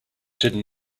didn’t